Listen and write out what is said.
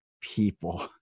people